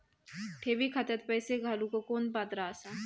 ठेवी खात्यात पैसे घालूक कोण पात्र आसा?